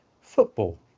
football